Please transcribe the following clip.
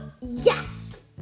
Yes